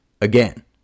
again